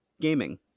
gaming